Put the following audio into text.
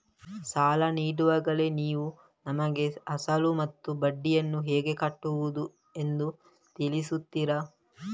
ಸಾಲ ನೀಡುವಾಗಲೇ ನೀವು ನಮಗೆ ಅಸಲು ಮತ್ತು ಬಡ್ಡಿಯನ್ನು ಹೇಗೆ ಕಟ್ಟುವುದು ಎಂದು ತಿಳಿಸುತ್ತೀರಾ?